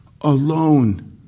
alone